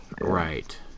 Right